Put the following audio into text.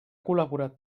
col·laborat